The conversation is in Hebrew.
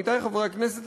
עמיתי חברי הכנסת,